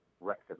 record